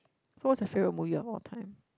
so what's your favourite movie of all time